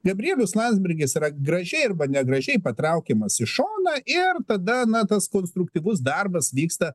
gabrielius landsbergis yra gražiai arba negražiai patraukiamas į šoną ir tada na tas konstruktyvus darbas vyksta